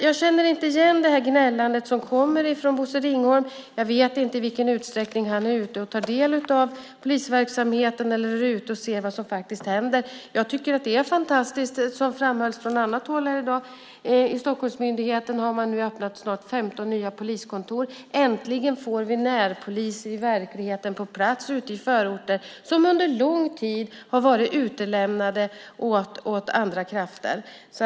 Jag känner alltså inte igen gnällandet från Bosse Ringholm. Jag vet inte i vilken utsträckning han är ute och tar del av polisverksamheten eller är ute och ser vad som faktiskt händer. Det är fantastiskt, som framhållits från annat håll här i dag, att Stockholmsmyndigheten snart har öppnat 15 nya poliskontor. Äntligen får vi närpoliser på plats i verkligheten ute i förorter som under en lång tid varit utlämnade åt andra krafter.